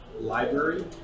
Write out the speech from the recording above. library